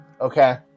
Okay